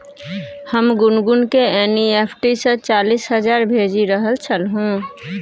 हम गुनगुनकेँ एन.ई.एफ.टी सँ चालीस हजार भेजि रहल छलहुँ